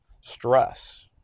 stress